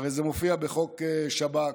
הרי זה מופיע בחוק השב"כ,